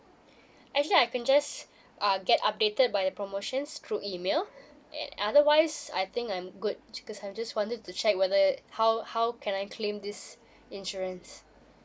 actually I can just uh get updated by the promotions through email and otherwise I think I'm good because I just wanted to check whether how how can I claim this insurance